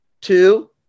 two